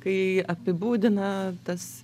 kai apibūdina tas